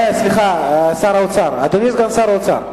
לא סגן שר החוץ, סגן שר האוצר.